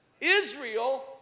Israel